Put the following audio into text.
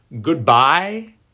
Goodbye